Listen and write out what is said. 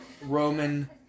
Roman